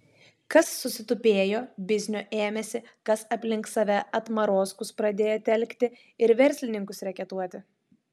kas susitupėjo biznio ėmėsi kas aplink save atmarozkus pradėjo telkti ir verslininkus reketuoti